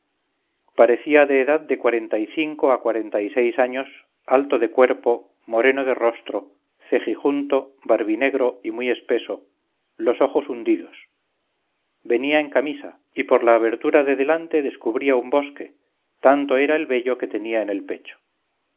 parecía de edad de cuarenta y cinco a cuarenta y seis años alto de cuerpo moreno de rostro cejijunto barbinegro y muy espeso los ojos hundidos venía en camisa y por la abertura de delante descubría un bosque tanto era el vello que tenía en el pecho